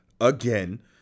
again